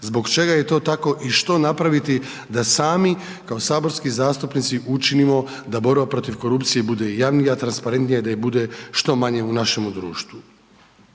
zbog čega je to tako, i što napraviti da sami kao saborski zastupnici učinimo da borba protiv korupcije, bude javnija, transparentnija i da ju bude što manje u našemu društvu.